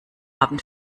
haben